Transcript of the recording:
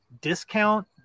discount